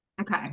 okay